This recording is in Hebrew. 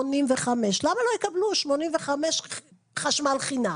למה לא יקבלו אנשים בני 85 חשמל חינם?